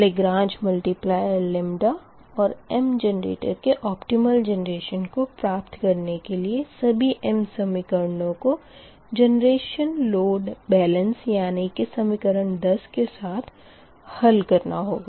Lagrange multiplier और m generator के optimal generation को प्राप्त करने के लिए सभी m समीकरणों को जेनरेशन लोड बेलनस यानी कि समीकरण 10 के साथ हल करना होगा